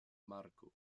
marco